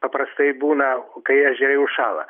paprastai būna kai ežerai užšąla